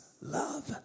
love